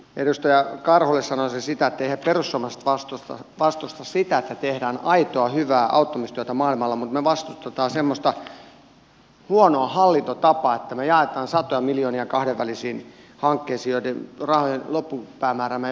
edustaja karhulle sanoisin sitä että eihän perussuomalaiset vastusta sitä että tehdään aitoa hyvää auttamistyötä maailmalla mutta me vastustamme semmoista huonoa hallintotapaa että me jaamme satoja miljoonia kahdenvälisiin hankkeisiin ja niitten rahojen loppupäämäärää me emme voi valvoa lainkaan